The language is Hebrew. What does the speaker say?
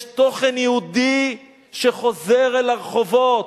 יש תוכן יהודי שחוזר אל הרחובות,